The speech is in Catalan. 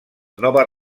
noves